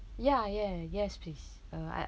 ya yeah yes please uh I